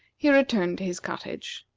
he returned to his cottage.